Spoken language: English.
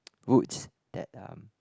roots that uh